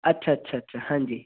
अच्छा अच्छा अच्छा हाँ जी